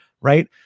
right